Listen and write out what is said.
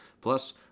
Plus